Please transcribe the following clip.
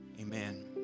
Amen